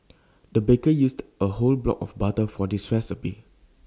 the baker used A whole block of butter for this recipe